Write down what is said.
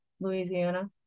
Louisiana